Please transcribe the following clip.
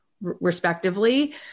respectively